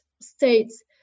states